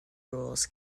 rules